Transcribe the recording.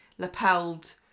lapelled